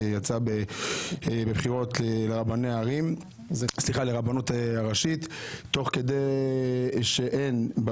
שיצאה בבחירות לרבנות הראשית תוך כדי שאין,